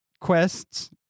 quests